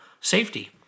safety